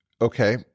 Okay